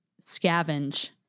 scavenge